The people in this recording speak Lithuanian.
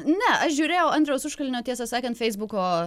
ne aš žiūrėjau andriaus užkalnio tiesą sakant feisbuko